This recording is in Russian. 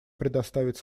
предоставить